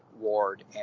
ward